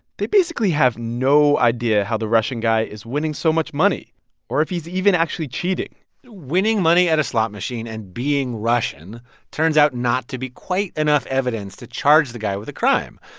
they basically have no idea how the russian guy is winning so much money or if he's even actually cheating winning money at a slot machine and being russian turns out not to be quite enough evidence to charge the guy with a crime.